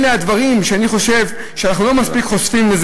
אלה הדברים שאני חושב שאנחנו לא מספיק חושפים,